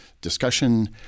discussion